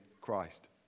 Christ